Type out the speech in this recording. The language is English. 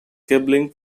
cabling